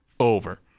over